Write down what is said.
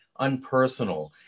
unpersonal